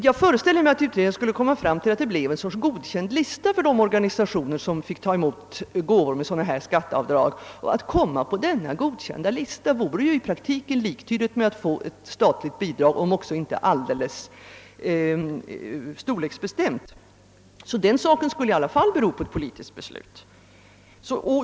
Jag föreställer mig att utredningen skulle leda till att det bleve en sorts godkänd lista över organisationer som finge ta emot gåvor med sådant här skatteavdrag, och att komma på denna godkända lista vore i praktiken liktydigt med att få ett statligt bidrag, om också inte alldeles storleksbestämt. Den saken skulle i alla fall bero på ett politiskt beslut.